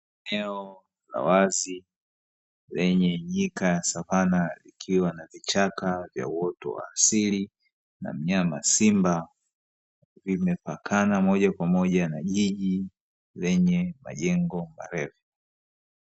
Eneo la wazi lenye nyika ya savana likiwa na vichaka vya uoto wa asili na mnyama simba, vimepakana moja kwa moja na jiji lenye majengo marefu.